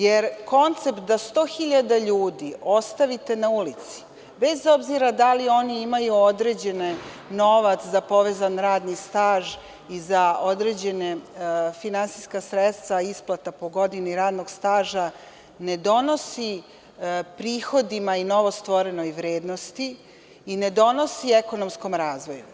Jer, koncept da 100.000 ljudi ostavite na ulici, bez obzira da li oni imaju određeni novac za povezan radni staž i za određena finansijska sredstva, isplata po godini radnog staža, ne donosi prihodima i novostvorenoj vrednosti i ne donosi ekonomskom razvoju.